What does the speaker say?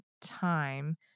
time